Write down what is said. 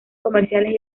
comerciales